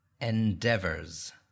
Endeavors